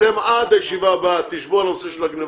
אתם, עד הישיבה הבאה תשבו על הנושא של הגניבות.